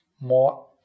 more